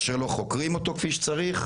כאשר לא חוקרים אותו כפי שצריך,